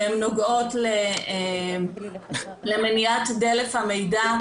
שהן נוגעות למניעת דלף המידע,